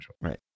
Right